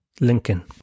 Lincoln